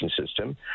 system